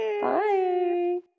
Bye